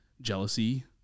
jealousy